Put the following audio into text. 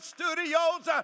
Studios